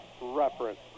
reference